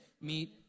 meet